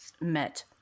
met